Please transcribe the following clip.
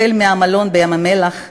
החל במלון בים-המלח,